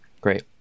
great